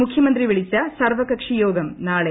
മുഖ്യമന്ത്രി വിളിച്ച സർവകക്ഷി യോഗം നാളെ